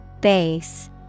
Base